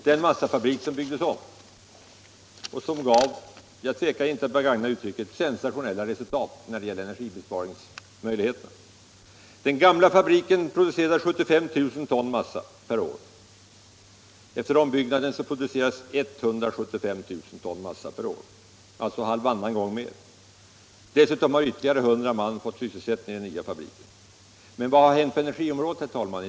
Det gäller en ombyggnad av en massafabrik som gav — jag tvekar inte att begagna uttrycket — sensationella resultat i fråga om energibesparingar. Nr 30 Den gamla fabriken producerade 75 000 ton massa per år. Efter om Torsdagen den byggnaden produceras 175 000 ton massa per år, alltså bortåt halvannan 27 november 1975 gång mer. Dessutom har ytterligare 100 man fått sysselsättning i den nya fabriken. Men vad har hänt på energiområdet i detta sammanhang?